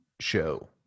show